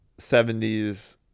70s